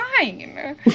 fine